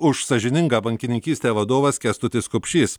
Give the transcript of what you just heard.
už sąžiningą bankininkystę vadovas kęstutis kupšys